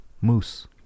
moose